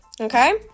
okay